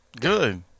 Good